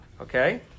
okay